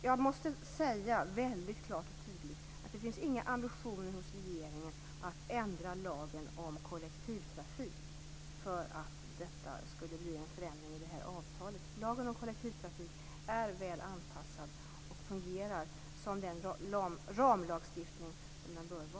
Jag måste väldigt klart och tydligt säga att det inte finns några ambitioner hos regeringen att ändra lagen om kollektivtrafik för att det skall bli en förändring i detta avtal. Lagen om kollektivtrafik är väl anpassad och fungerar som den ramlag den bör vara.